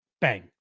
Bang